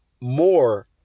more